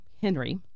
Henry